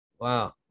Wow